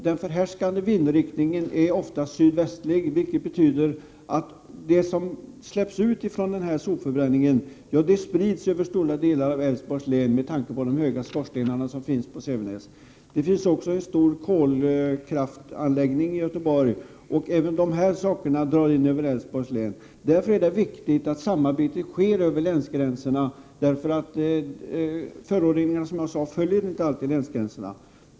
Den förhärskande vindriktningen är oftast sydvästlig, vilket betyder att det som släpps ut från denna sopförbränning sprids över stora delar av Älvsborgs län genom de höga skorstenar som finns på Sävenäs. Det finns också en stor kolkraftanläggning i Göteborg. Även utsläppen från denna anläggning går ut över Älvsborgs län. Därför är det viktigt att samarbete sker över länsgränserna, för som jag sade föroreningarna följer inte alltid länsgränser.